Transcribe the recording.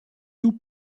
tout